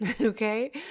Okay